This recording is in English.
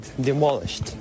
demolished